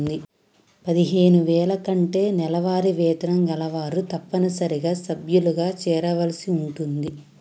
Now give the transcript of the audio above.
పదిహేను వేల కంటే నెలవారీ వేతనం కలవారు తప్పనిసరిగా సభ్యులుగా చేరవలసి ఉంటుంది